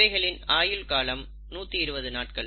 இவைகளின் ஆயுள் காலம் 120 நாட்கள்